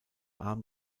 arm